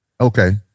Okay